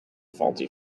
faulty